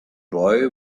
boy